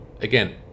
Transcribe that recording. again